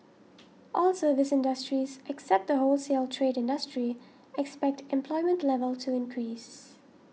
all services industries except the wholesale trade industry expect employment level to increase